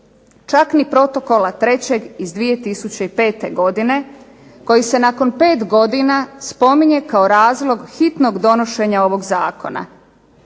čak ni Protokola 3. iz 2005. godine koji se nakon pet godina spominje kao razlog hitnog donošenja ovog zakona.